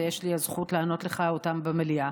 ויש לי הזכות לענות לך עליהם במליאה.